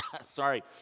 Sorry